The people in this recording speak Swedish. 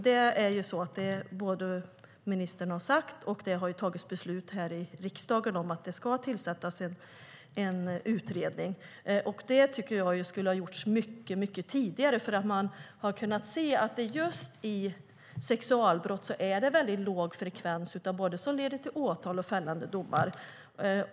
Det är ju så att ministern har sagt det, och det har tagits beslut här i riksdagen om att det ska tillsättas en utredning. En utredning skulle ha tillsatts mycket tidigare. Man har sett att just vid sexualbrott är det låg frekvens av både åtal och fällande domar.